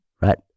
right